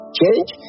change